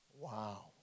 Wow